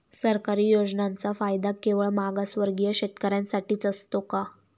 सरकारी योजनांचा फायदा केवळ मागासवर्गीय शेतकऱ्यांसाठीच असतो का?